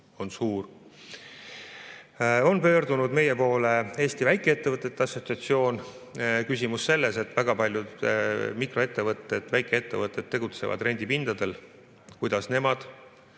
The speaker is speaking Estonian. on pöördunud Eesti väikeettevõtete assotsiatsioon. Küsimus on selles, et väga paljud mikroettevõtted ja väikeettevõtted tegutsevad rendipindadel ja kuidas nemad